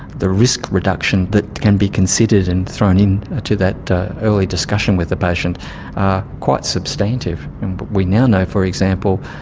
the risk reduction that can be considered and thrown in to that early discussion with a patient are quite substantive. and we now know, for example,